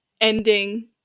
ending